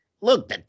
look